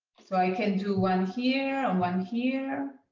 so i can do one here, and one here,